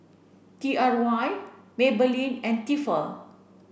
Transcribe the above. T R Y Maybelline and Tefal